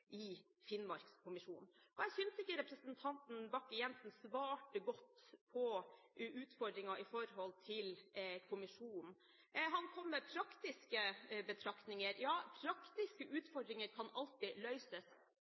i Finnmarkskommisjonen. Jeg synes ikke representanten Bakke-Jensen svarte godt på utfordringen med hensyn til kommisjonen. Han kom med praktiske betraktninger. Ja, praktiske utfordringer kan alltid